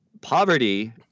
poverty